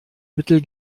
mittel